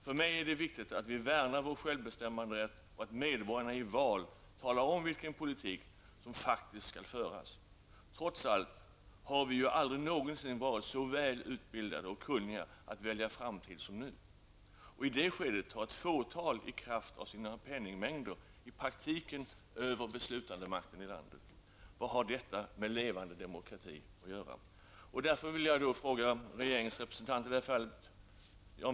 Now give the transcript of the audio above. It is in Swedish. För mig är det viktigt att vi värnar vår självbestämmanderätt och att medborgarna i val talar om vilken politik som faktiskt skall föras. Trots allt har vi aldrig någonsin varit så väl utbildade och kunniga att välja framtid som nu. I det skedet tar ett fåtal i kraft av sina penningmängder i praktiken över den beslutande makten i landet. Vad har detta med levande demokrati att göra?